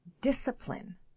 discipline